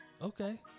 Okay